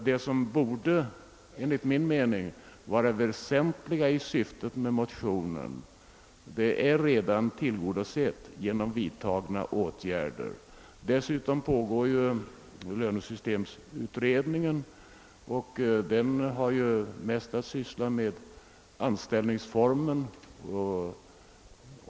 Det som enligt min mening borde vara det väsentliga i syftet med motionen är redan tillgodosett genom vidtagna åtgärder. Dessutom pågår lönesystemutredningen, vilken mest har att syssla med anställningsformen.